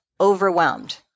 overwhelmed